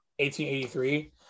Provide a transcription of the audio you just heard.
1883